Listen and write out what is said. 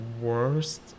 worst